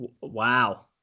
Wow